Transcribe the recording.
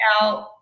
out